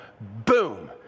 boom